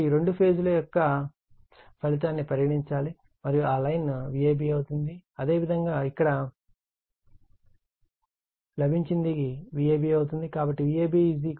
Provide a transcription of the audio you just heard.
కాబట్టి ఈ రెండు ఫేజ్ ల యొక్క ఫలితాన్ని పరిగణించాలి మరియు ఆ లైన్ Vab అవుతుంది అదేవిధంగా ఇక్కడ లభించినది ఇది Vab అవుతుంది